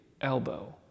elbow